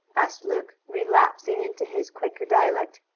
asked luke, relapsing into his quaker dialect.